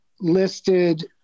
listed